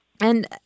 And-